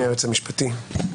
בבקשה.